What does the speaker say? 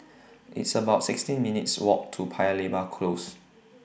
It's about sixteen minutes' Walk to Paya Lebar Close